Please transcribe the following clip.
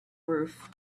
roof